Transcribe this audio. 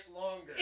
longer